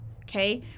Okay